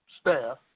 Staff